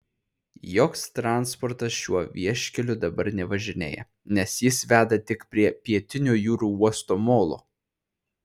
joks transportas šiuo vieškeliu dabar nevažinėja nes jis veda tik prie pietinio jūrų uosto molo